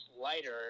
lighter